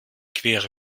quere